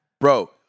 Bro